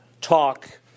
talk